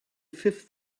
fifth